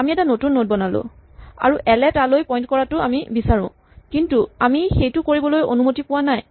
আমি এটা নতুন নড বনালো আৰু এল এ তালৈ পইন্ট কৰাটো আমি বিচাৰো কিন্তু আমি সেইটো কৰিবলৈ অনুমতি পোৱা নাই